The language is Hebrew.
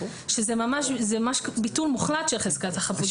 שזה ממש ביטול מוחלט של חזקת החפות.